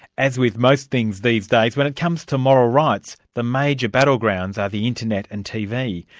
as with most things these days, when it comes to moral rights, the major battlegrounds are the internet and tv.